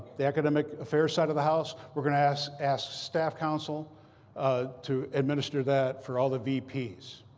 the academic affairs side of the house, we're going to ask ask staff counsel ah to administer that for all the vps.